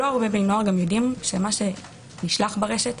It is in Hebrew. לא הרבה בני נוער יודעים שמה שנשלח ברשת,